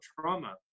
trauma